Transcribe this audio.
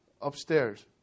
upstairs